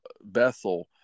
Bethel